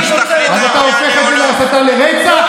אז אתה הופך את זה להסתה לרצח?